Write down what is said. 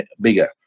bigger